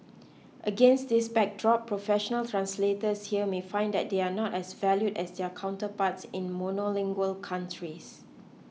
against this backdrop professional translators here may find that they are not as valued as their counterparts in monolingual countries